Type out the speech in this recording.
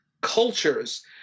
cultures